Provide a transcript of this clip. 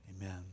amen